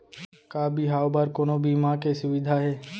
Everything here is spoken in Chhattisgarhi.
का बिहाव बर कोनो बीमा के सुविधा हे?